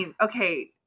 Okay